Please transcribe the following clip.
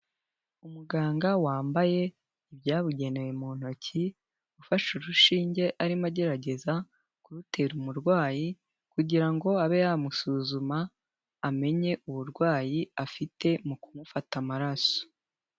Umuganga wambaye ibyabugenewe mu ntoki, ufashe urushinge arimo agerageza kurutera umurwayi kugira ngo abe yamusuzuma amenye uburwayi afite mu kumufata amaraso.